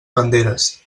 banderes